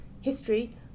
history